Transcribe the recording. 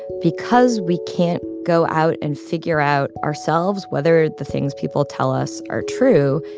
because we can't go out and figure out ourselves whether the things people tell us are true,